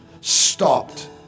stopped